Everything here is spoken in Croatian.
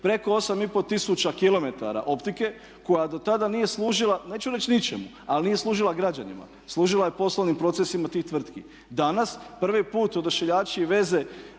Preko 8,5 tisuća km optike koja dotada nije služila neću reći ničemu, ali nije služila građanima, služila je poslovnim procesima tih tvrtki. Danas prvi put odašiljači i veze